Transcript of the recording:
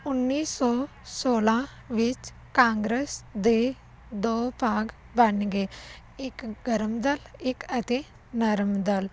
ਉੱਨੀ ਸੌ ਸੋਲਾਂ ਵਿੱਚ ਕਾਂਗਰਸ ਦੇ ਦੋ ਭਾਗ ਬਣ ਗਏ ਇੱਕ ਗਰਮ ਦਲ ਇੱਕ ਅਤੇ ਨਰਮ ਦਲ